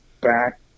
back